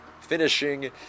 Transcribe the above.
finishing